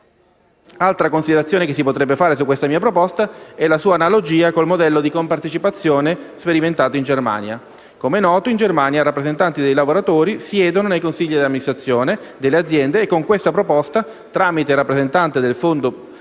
Altra considerazione che si potrebbe svolgere sulla mia proposta è la sua analogia con il modello di compartecipazione sperimentato in Germania. Come è noto, in Germania rappresentanti dei lavoratori siedono nei consigli di amministrazione delle aziende e con la mia proposta, tramite il rappresentante del fondo previdenziale